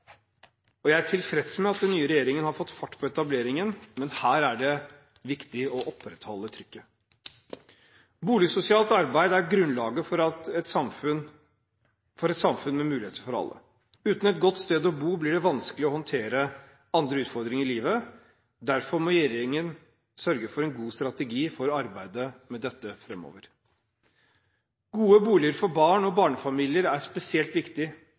regjeringen. Jeg er tilfreds med at den nye regjeringen har fått fart på etableringen, men her er det viktig å opprettholde trykket. Boligsosialt arbeid er grunnlaget for et samfunn med muligheter for alle. Uten et godt sted å bo blir det vanskelig å håndtere andre utfordringer i livet, derfor må regjeringen sørge for en god strategi for arbeidet med dette framover. Gode boliger for barn og barnefamilier er spesielt viktig,